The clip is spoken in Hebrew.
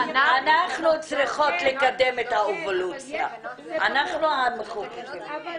יכולים לקדם את האבולוציה הזאת הרבה